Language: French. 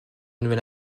nouvel